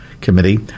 Committee